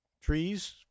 trees